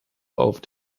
auf